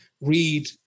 read